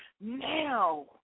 now